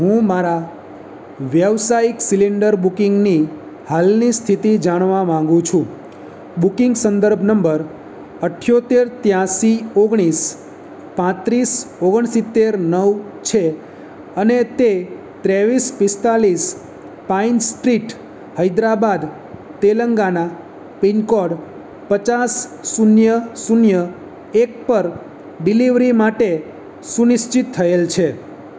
હું મારા વ્યવસાઈક સિલિન્ડર બુકિંગની હાલની સ્થિતિ જાણવા માંગુ છું બુકિંગ સંદર્ભ નંબર અઠયોતેર તેયાસી ઓગણીસ પાંત્રીસ ઓગણોસિત્તેર નવ છે અને તે ત્રેવીસ પિસ્તાલીસ Pine Street Hyderabad Telangana pin code પચાસ શૂન્ય શૂન્ય એક પર ડિલેવરી માટે સુનિશ્ચિત થયેલ છે